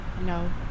No